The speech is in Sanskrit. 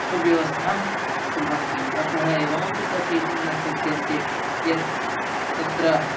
सुव्यवस्थां कुर्वन्ति अतः एवमपि कथयितुं न शक्यन्ते यत् तत्र